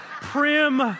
prim